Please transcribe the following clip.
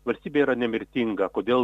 valstybė yra nemirtinga kodėl